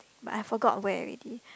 but I forgot where already